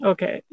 Okay